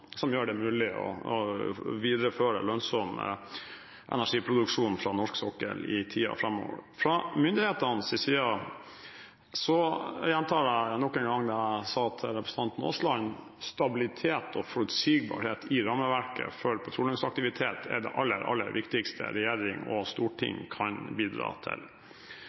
gjør det mulig å videreføre lønnsom energiproduksjon fra norsk sokkel i tiden framover. Fra myndighetenes side – jeg gjentar nok en gang det jeg sa til representanten Aasland – er stabilitet og forutsigbarhet i rammeverket for petroleumsaktivitet det aller, aller viktigste regjering og storting kan bidra til.